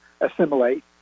assimilate